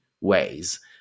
ways